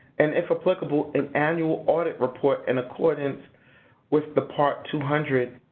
and if applicable, an annual audit report in accordance with the part two hundred